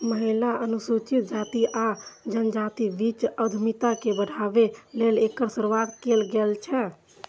महिला, अनुसूचित जाति आ जनजातिक बीच उद्यमिता के बढ़ाबै लेल एकर शुरुआत कैल गेल छै